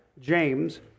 James